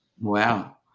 Wow